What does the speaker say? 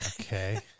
okay